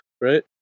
Right